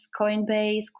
Coinbase